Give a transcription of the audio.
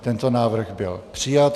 Tento návrh byl přijat.